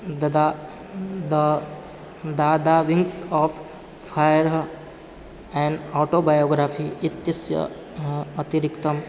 ददा दा दा the wings of fire an आटो बयोग्राफ़ी इत्यस्य अतिरिक्तं